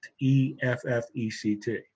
E-F-F-E-C-T